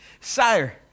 Sire